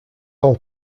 all